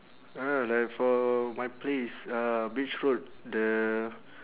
uh like for my place uh beach road the